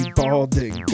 balding